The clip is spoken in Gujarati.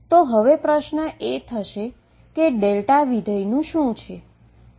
તો હવે આ પ્રશ્ન થશે કે આ ફંક્શનનું શું છે